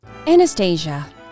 Anastasia